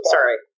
Sorry